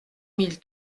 mille